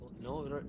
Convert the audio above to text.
No